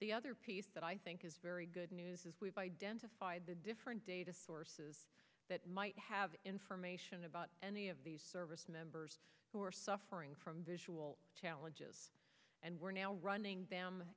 the other piece that i think is very good news is we've identified the different data sources that might have information about any of these service members who are suffering from visual challenges and we're now running them